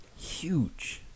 huge